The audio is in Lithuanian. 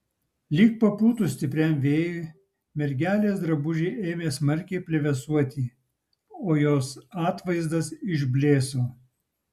lyg papūtus stipriam vėjui mergelės drabužiai ėmė smarkiai plevėsuoti o jos atvaizdas išblėso